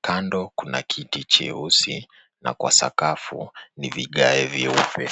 Kando kuna kiti cheusi na kwa sakafu ni vigae vyeupe.